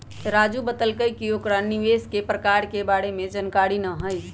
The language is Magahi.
राजू बतलकई कि ओकरा निवेश के प्रकार के बारे में जानकारी न हई